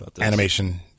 animation